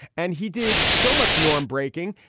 and he did so much norm breaking.